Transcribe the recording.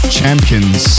Champions